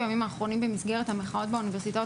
בימים האחרונים במסגרת המחאות באוניברסיטאות,